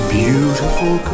beautiful